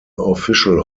official